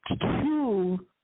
two